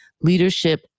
Leadership